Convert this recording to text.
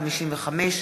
155),